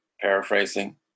paraphrasing